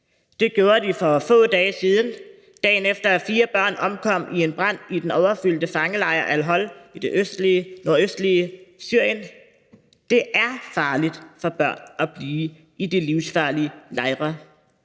Det gjorde de for få dage siden – dagen efter at fire børn omkom i en brand i den overfyldte fangelejr al-Hol i det nordøstlige Syrien. Det er farligt for børn at blive i de livsfarlige lejre